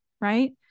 right